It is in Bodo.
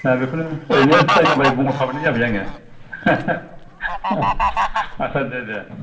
दा बेखौनो ओरैनो बाय दा वे बुंहर खानाय जाबाय आरो आच्छा दे दे